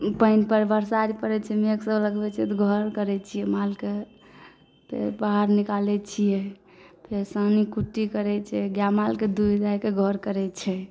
पानिपर बरसात पड़ैत छै मेघसभ लगबैत छै तऽ घर करैत छियै मालके फेर बाहर निकालैत छियै फेर सानी कुट्टी करैत छियै गाए मालके दुहि दाहिके घर करैत छियै